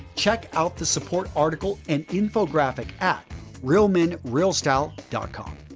check out the support article and infographic at realmenrealstyle com.